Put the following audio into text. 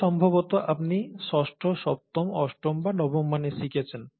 এটি সম্ভবত আপনি ষষ্ঠ সপ্তম অষ্টম বা নবম মানে শিখেছেন